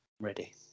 Ready